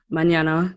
Manana